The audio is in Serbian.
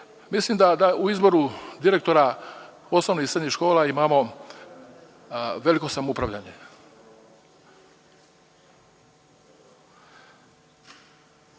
Mislim da u izboru direktora osnovnih i srednjih škola imamo veliko samoupravljanje. Zaključno,